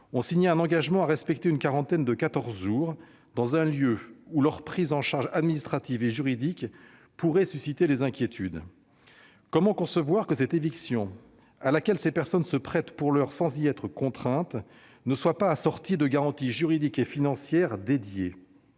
ont signé un engagement à respecter une quarantaine de quatorze jours, dans un lieu où leur prise en charge administrative et juridique pourrait susciter des inquiétudes. Comment concevoir que cette éviction, à laquelle ces personnes se prêtent pour l'heure sans y être contraintes, ne soit pas assortie de garanties juridiques et financières spécifiques ?